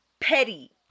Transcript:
Petty